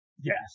Yes